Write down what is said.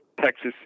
Texas